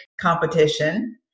competition